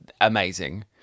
amazing